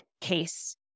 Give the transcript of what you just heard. case